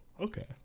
okay